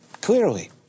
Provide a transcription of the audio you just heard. Clearly